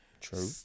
true